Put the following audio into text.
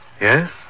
Yes